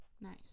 Nice